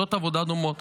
בשיטות עבודה דומות